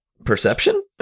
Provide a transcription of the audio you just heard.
perception